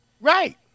Right